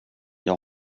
jag